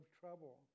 trouble